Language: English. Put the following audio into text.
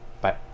Bye